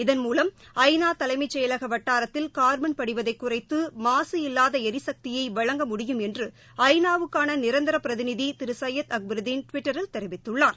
இதன்மூலம் ஐ நா தலைமைச் செயலக வட்டாரத்தில் கார்பன் படிவதை குறைத்து மாசு இல்லாத எரிசக்தியை வழங்க முடியும் என்று ஐ நா வுக்கான நிரந்தர பிரதிநிதி திரு சையத் அக்பருதீன் ட்விட்டரில் தெரிவித்துள்ளார்